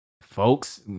folks